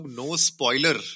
no-spoiler